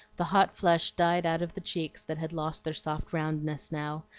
the hot flush died out of the cheeks that had lost their soft roundness now,